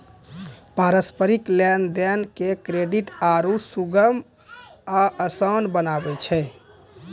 पारस्परिक लेन देन के क्रेडिट आरु सुगम आ असान बनाबै छै